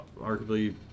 arguably